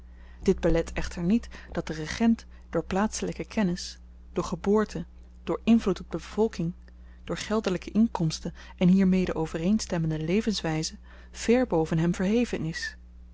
dit belet echter niet dat de regent door plaatselyke kennis door geboorte door invloed op de bevolking door geldelyke inkomsten en hiermede overeenstemmende levenswyze ver boven hem verheven is